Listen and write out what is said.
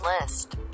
list